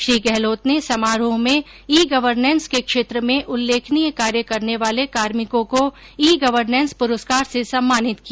श्री गहलोत ने समारोह में ई गवर्नेंस के क्षेत्र में उल्लेखनीय कार्य करने वाले कार्मिकों को ई गवर्नेस प्रस्कार से सम्मानित किया